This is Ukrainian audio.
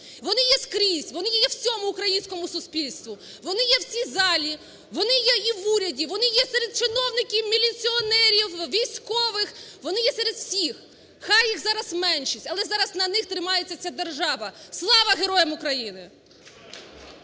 Вони є скрізь, вони є в усьому українському суспільстві, вони є в цій залі, вони є і в уряді, вони є серед чиновників міліціонерів, військових, вони є серед всіх, хай їх зараз меншість, але зараз на них тримається ця держава. Слава героям України!